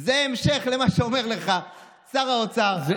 זה המשך למה שאומר לך שר האוצר.